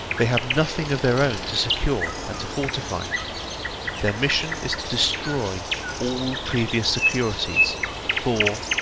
they have nothing of their own to secure and to fortify their mission is to destroy all previous securities for,